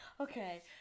Okay